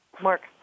Mark